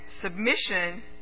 submission